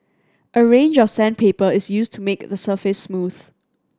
a range of sandpaper is used to make the surface smooth